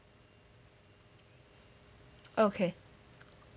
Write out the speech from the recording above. okay